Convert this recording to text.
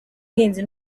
ubuhinzi